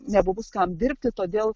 nebus kam dirbti todėl